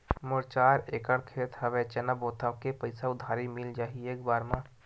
मोर चार एकड़ खेत हवे चना बोथव के पईसा उधारी मिल जाही एक बार मा?